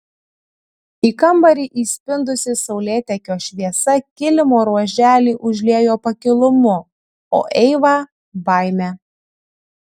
į kambarį įspindusi saulėtekio šviesa kilimo ruoželį užliejo pakilumu o eivą baime